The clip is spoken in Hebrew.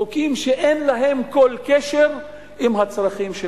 חוקים שאין להם כל קשר לצרכים של